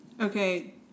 okay